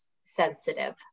sensitive